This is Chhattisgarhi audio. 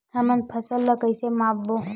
हमन फसल ला कइसे माप बो?